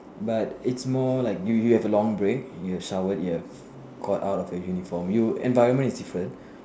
but it's more like you you have a long break you have showered you have got out of your uniform you environment is different